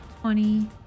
twenty